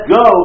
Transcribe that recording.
go